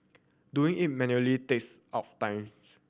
doing it manually takes up time